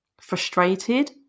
Frustrated